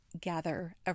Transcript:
gather